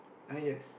ah yes